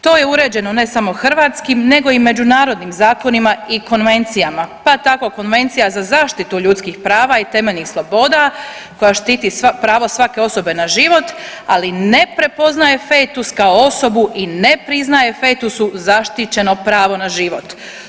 To je uređeno, ne samo hrvatskim nego i međunarodnim zakonima i konvencijama pa tako Konvencija za zaštitu ljudskih prava i temeljnih sloboda koja štiti pravo svake osobe na život, ali ne prepoznaje fetus kao osobu i ne priznaje fetusu zaštićeno pravo na život.